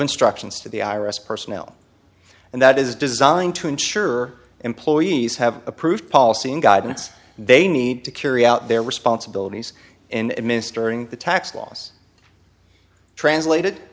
instructions to the i r s personnel and that is designed to ensure employees have approved policy and guidance they need to carry out their responsibilities in administering the tax loss translated